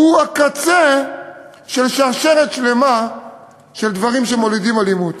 הוא הקצה של שרשרת שלמה של דברים שמולידים אלימות.